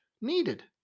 needed